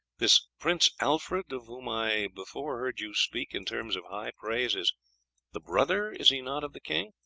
this prince alfred, of whom i before heard you speak in terms of high praise, is the brother, is he not, of the king?